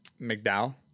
mcdowell